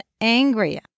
angrier